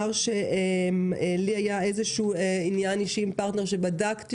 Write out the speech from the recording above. לי היה איזשהו עניין אישי עם פרטנר שבדקתי